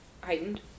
heightened